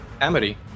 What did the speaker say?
Amity